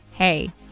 Hey